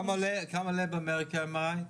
כמה עולה באמריקה MRI?